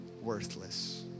worthless